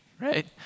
Right